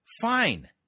Fine